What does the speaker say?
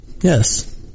Yes